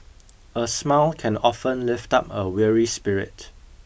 a smile can often lift up a weary spirit